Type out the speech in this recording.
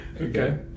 Okay